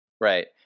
Right